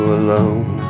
alone